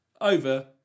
Over